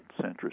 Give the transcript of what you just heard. centrist